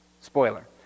Spoiler